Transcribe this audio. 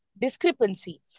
discrepancy